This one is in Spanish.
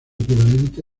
equivalente